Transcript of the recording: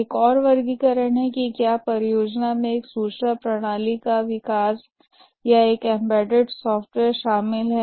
एक और वर्गीकरण है कि क्या परियोजना में एक सूचना प्रणाली का विकास या एक एम्बेडेड सॉफ्टवेयर शामिल है